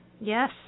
Yes